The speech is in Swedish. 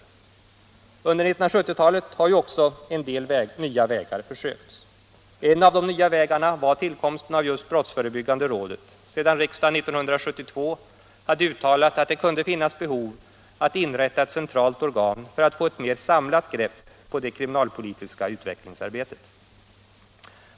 Under 1970-talet har ju också en del nya vägar försökts. En av de nya vägarna var tillkomsten av just brottsförebyggande rådet, sedan riksdagen 1972 hade uttalat att det kunde finnas behov av att inrätta ett centralt organ för att få ett mer samlat grepp på det kriminalpolitiska utvecklingsarbetet.